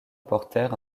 apportèrent